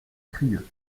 crieu